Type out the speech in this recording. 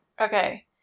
Okay